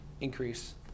increase